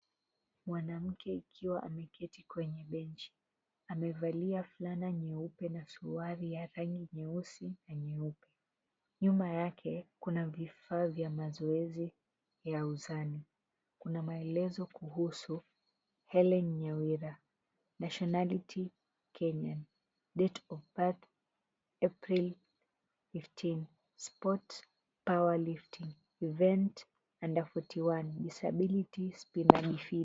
Mwanamke akiwa ameketi kwenye benji. Amevalia vulana nyeupe na saruali ya rangi nyeusi na nyeupe. Nyuma yake kuna vifaa vya mazoezi ya usanii. Kuna maelezo kuhusu Helen Nyawira: "Nationality Kenya, Date of Birth April 15, Sport - Powerlifting Event Under 41 Disabilities, Spinal Injury."